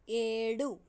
ఏడు